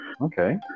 Okay